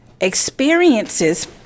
experiences